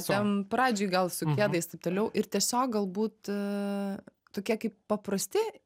ten pradžioj gal su kedais taip toliau ir tiesiog galbūt tokie kaip paprasti